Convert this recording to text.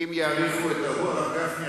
מר גפני,